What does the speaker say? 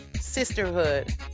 sisterhood